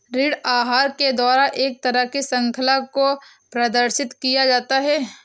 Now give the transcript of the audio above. ऋण आहार के द्वारा एक तरह की शृंखला को प्रदर्शित किया जाता है